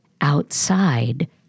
outside